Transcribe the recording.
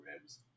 ribs